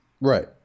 Right